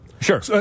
Sure